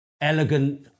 elegant